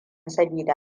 sabida